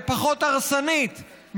פחות הרסנית.